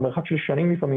מרחק של שנים לפעמים,